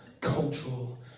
cultural